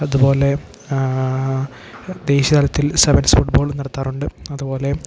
അതുപോലെ ദേശീയ തലത്തിൽ സെവൻസ് ഫുട്ബോൾ നടത്താറുണ്ട് അതുപോലെ